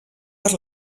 per